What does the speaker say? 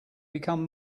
become